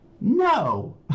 No